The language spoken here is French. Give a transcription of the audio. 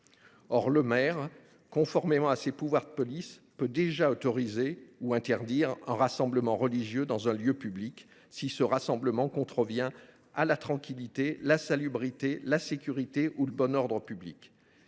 sportive. En vertu de ses pouvoirs de police, le maire peut déjà autoriser ou interdire un rassemblement religieux dans un lieu public si ce rassemblement contrevient à la tranquillité, la salubrité, la sécurité ou le bon ordre public.